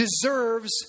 deserves